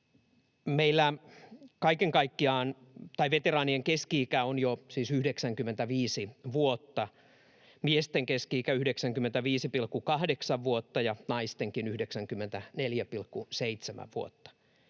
Meillä veteraanien keski-ikä on siis jo 95 vuotta: miesten keski-ikä 95,8 vuotta ja naistenkin 94,7 vuotta.